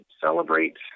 celebrate